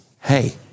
Hey